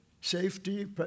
safety